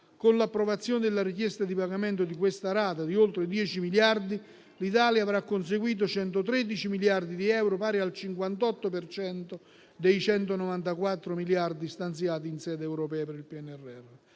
Con l'approvazione della richiesta di pagamento di questa rata, pari ad oltre 10 miliardi, l'Italia avrà conseguito 113 miliardi di euro, pari al 58 per cento dei 194 miliardi stanziati in sede europea per il PNRR.